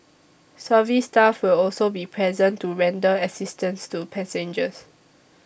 service staff will also be present to render assistance to passengers